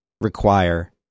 require